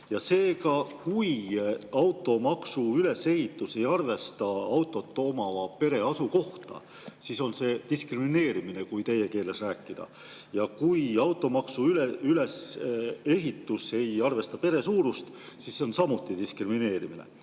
Seega, kui automaksu ülesehitus ei arvesta autot omava pere asukohta, siis on see diskrimineerimine, kui teie keeles rääkida. Ja kui automaksu ülesehitus ei arvesta pere suurust, siis see on samuti diskrimineerimine.